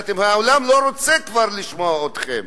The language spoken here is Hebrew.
העולם לא רוצה כבר לשמוע אתכם.